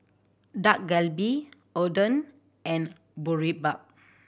Dak Galbi Oden and Boribap